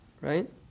Right